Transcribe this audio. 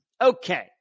Okay